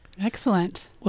Excellent